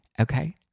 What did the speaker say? Okay